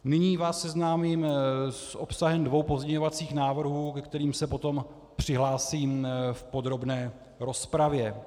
Nyní vás seznámím s obsahem dvou pozměňovacích návrhů, ke kterým se potom přihlásím v podrobné rozpravě.